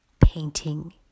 painting